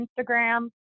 Instagram